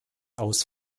aus